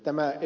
tämä ed